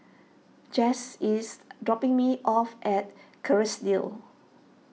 Jace is dropping me off at Kerrisdale